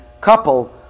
couple